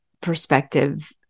perspective